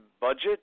budget